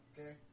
okay